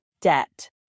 debt